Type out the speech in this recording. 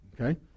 Okay